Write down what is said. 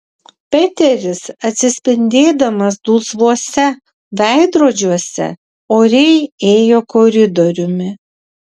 peteris atsispindėdamas dulsvuose veidrodžiuose oriai ėjo koridoriumi